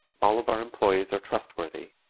all of our employees are trustworthy,